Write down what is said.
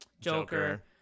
joker